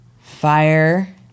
Fire